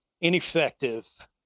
ineffective